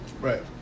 Right